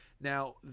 Now